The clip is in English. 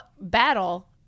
Battle